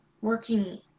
working